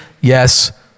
yes